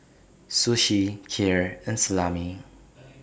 Sushi Kheer and Salami